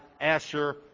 Asher